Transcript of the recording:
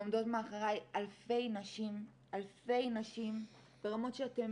ועומדות מאחורי אלפי נשים ברמות שאתם